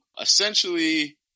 Essentially